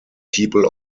people